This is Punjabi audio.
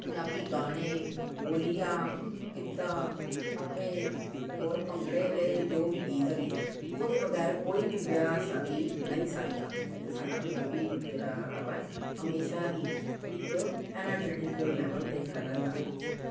ਪੰਜਾਬੀ ਗਾਣੇ ਬੋਲੀਆਂ ਗਿੱਧਾ ਟੱਪੇ ਹੋਰ ਭੰਗੜੇ ਦੇ ਜੋ ਵੀ ਗੀਤ ਹੈਗੇ ਆ ਉਹਦੇ ਬਗੈਰ ਕੋਈ ਵੀ ਵਿਆਹ ਸ਼ਾਦੀ ਨਹੀਂ ਸੱਜਦਾ ਅਤੇ ਸਾਡਾ ਪੰਜਾਬੀ ਜਿਹੜਾ ਹੈਗਾ ਵੈ ਹਮੇਸ਼ਾਂ ਹੀ ਇੱਕ ਐਨਰਜੈਟਿਕ ਲੈਵਲ 'ਤੇ ਰਹਿੰਦਾ ਵੈ